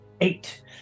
Eight